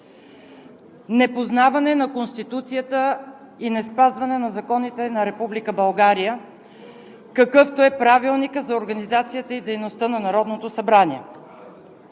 непознаване на Конституцията и неспазване на законите на Република България, какъвто е Правилникът за организацията и дейността на Народното събрание.